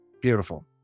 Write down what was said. beautiful